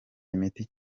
imiti